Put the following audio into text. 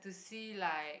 to see like